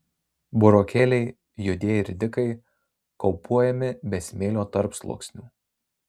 burokėliai juodieji ridikai kaupuojami be smėlio tarpsluoksnių